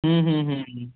হুম হুম হুম হুম